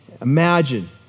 Imagine